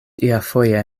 iafoje